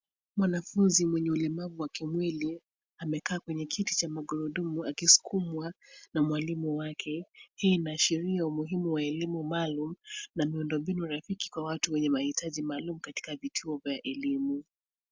Mwanafunzi mwenye ulemavu wa kimwili, amekaa kwenye kiti cha magurudumu akisukumwa, na mwalimu wake. Hii inaashiria umuhimu wa elimu maalum, na miundombinu rafiki kwa watu wenye mahitaji maalum katika vituo vya elimu.